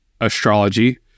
astrology